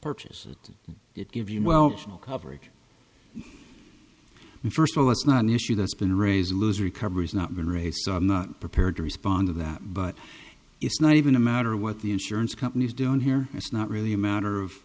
purchase it it give you whelchel coverage and first of all it's not an issue that's been raised lose recoveries not been raised so i'm not prepared to respond to that but it's not even a matter what the insurance companies don't hear it's not really a matter of